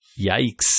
Yikes